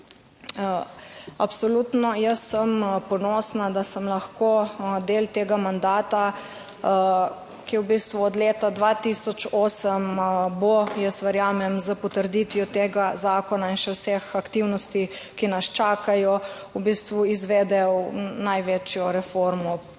Absolutno, jaz sem ponosna, da sem lahko del tega mandata, ki v bistvu od leta 2008 bo, jaz verjamem, s potrditvijo tega zakona in še vseh aktivnosti, ki nas čakajo, v bistvu izvedel največjo reformo plač od